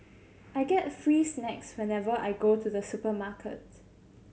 I get free snacks whenever I go to the supermarkets